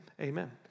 Amen